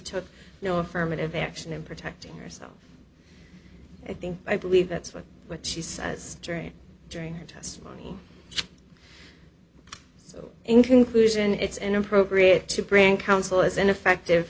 took no affirmative action in protecting herself i think i believe that's what she says during during her testimony so in conclusion it's inappropriate to bring counsel as in effect